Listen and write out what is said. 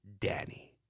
Danny